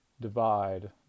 divide